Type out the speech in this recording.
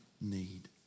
need